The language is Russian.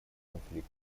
конфликт